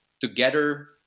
together